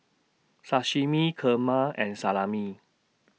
Sashimi Kheema and Salami